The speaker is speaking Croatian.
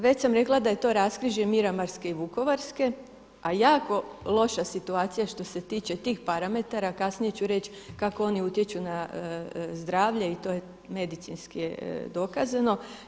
Već sam rekla da je to raskrižje Miramarske i Vukovarske a jako loša situacija što se tiče tih parametara, kasnije ću reći kako oni utječu na zdravlje i to je medicinski dokazano.